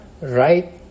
right